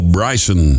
Bryson